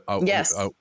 yes